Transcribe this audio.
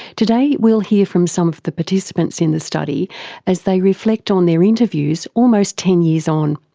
today we'll hear from some of the participants in the study as they reflect on their interviews almost ten years on.